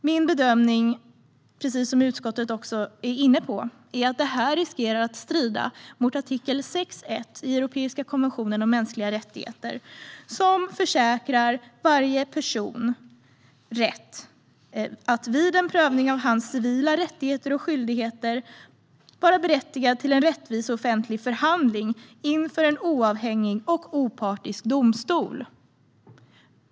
Min bedömning är att detta riskerar att strida mot artikel 6.1 i den europeiska konventionen om mänskliga rättigheter, något som även utskottet är inne på. Konventionen försäkrar varje person att vid en prövning av hans civila rättigheter och skyldigheter vara berättigad till en rättvis offentlig förhandling inför en oavhängig och opartisk domstol.